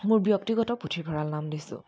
মোৰ ব্যক্তিগত পুথিভঁৰাল নাম দিছোঁ